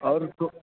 और उसको